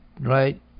right